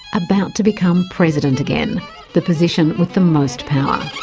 about to become president again the position with the most power.